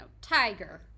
tiger